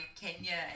Kenya